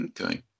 Okay